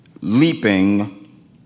leaping